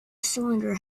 cylinder